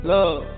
Love